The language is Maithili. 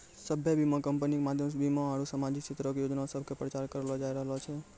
सभ्भे बीमा कंपनी के माध्यमो से बीमा आरु समाजिक क्षेत्रो के योजना सभ के प्रचार करलो जाय रहलो छै